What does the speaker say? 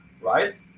right